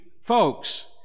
folks